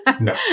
No